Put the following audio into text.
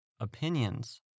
opinions